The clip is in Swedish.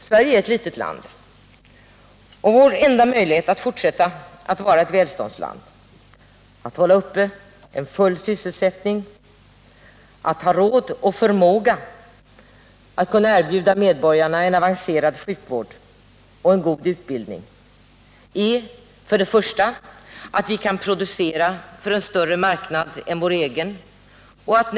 Sverige är ett litet land och vårenda möjlighet att vara ett välståndsland är att hålla uppe en full sysselsättning, att ha råd och förmåga att kunna erbjuda medborgarna en avancerad sjukvård och en god utbildning och att vi kan producera för en större marknad än vår egen.